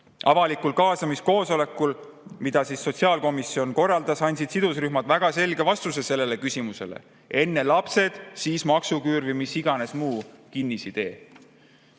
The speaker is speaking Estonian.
Avalikul kaasamiskoosolekul, mille sotsiaalkomisjon korraldas, andsid sidusrühmad väga selge vastuse sellele küsimusele: enne lapsed, siis maksuküür või mis iganes muu kinnisidee. Millised